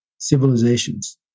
civilizations